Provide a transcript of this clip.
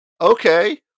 okay